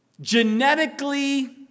genetically